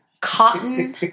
cotton